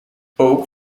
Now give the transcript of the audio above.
ook